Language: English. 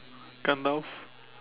Gandalf